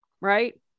Right